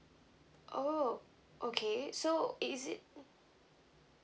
oh okay so is it